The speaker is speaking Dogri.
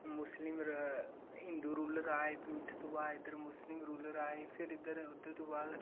मुस्लिम हिन्दू रुलर आए प्ही उत्थूं तूं बाद मुस्लिम रुलर आए फिर इद्धर ओह्दे तूं बाद